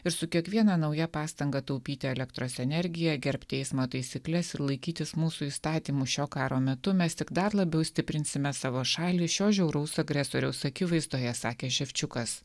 ir su kiekviena nauja pastanga taupyti elektros energiją gerbti eismo taisykles ir laikytis mūsų įstatymų šio karo metu mes tik dar labiau stiprinsime savo šalį šio žiauraus agresoriaus akivaizdoje sakė šepčiukas